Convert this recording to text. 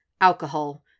Alcohol